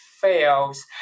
fails